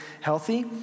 healthy